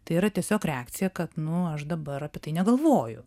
tai yra tiesiog reakcija kad nu aš dabar apie tai negalvoju